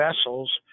vessels